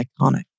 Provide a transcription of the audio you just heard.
iconic